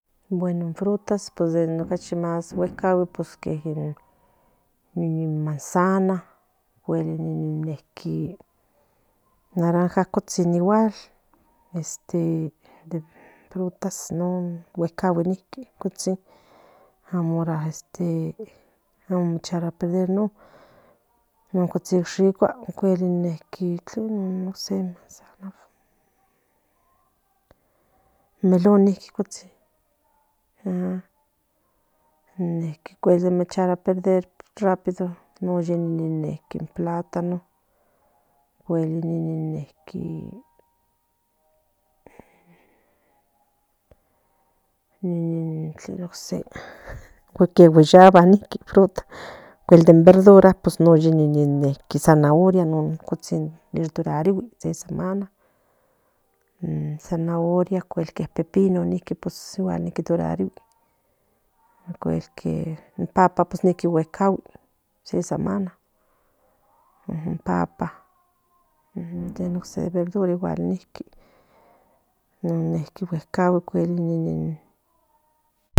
Bueno in frutas pues in frutas más shegukaguo in manzana ocuel un naranja cotsim igual frutas guecagui cutsin amo chraperder no no cotsim shicue ocuel melón cutsin neki mocherarua perder in plátano o cuel in tlen ose gueyava fruta o cuel in verdura in zanahoria cutsin durarigui se semana o cuen in pepino o cuel in pa guecagui se semana in papá tlen ose niqui non guecagui in